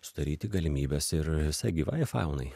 sudaryti galimybes ir visai gyvajai faunai